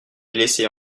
laisser